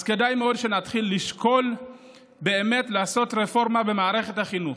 אז כדאי מאוד שנתחיל לשקול באמת לעשות רפורמה במערכת החינוך.